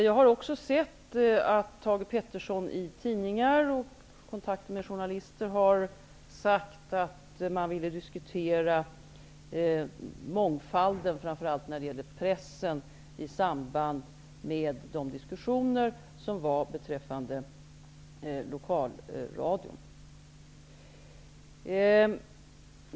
Jag har också sett att Thage G Peterson i tidningar och vid kontakter med journalister har sagt att man ville diskutera mångfalden, framför allt när det gäller pressen, i samband med de diskussioner som fördes beträffande lokalradion.